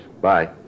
Bye